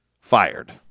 fired